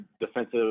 defensive